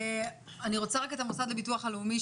אני רוצה לשאול את נציג הביטוח הלאומי.